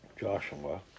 Joshua